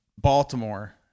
Baltimore